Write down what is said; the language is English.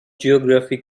geography